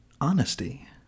Honesty